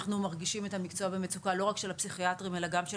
אנחנו מרגישים את המקצוע במצוקה לא רק של הפסיכיאטריים אלא גם של